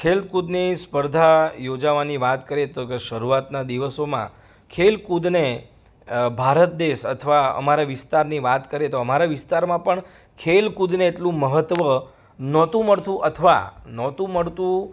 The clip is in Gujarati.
ખેલકૂદની સ્પર્ધા યોજાવાની વાત કરીએ તો કે શરૂઆતના દિવસોમાં ખેલકૂદને ભારત દેશ અથવા અમારા વિસ્તારની વાત કરીએ તો અમારા વિસ્તારમાં પણ ખેલકૂદને એટલું મહત્ત્વ નહોતું મળતું અથવા નહોતું મળતું